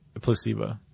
placebo